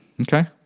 okay